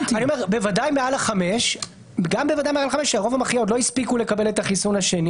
בוודאי מעל ה-5 כשהרוב המכריע עוד לא הספיקו לקבל את החיסון השני